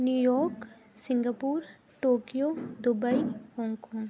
new York Singapore Tokyo Dubai Hong Kong